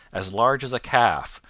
as large as a calf,